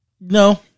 No